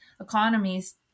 economies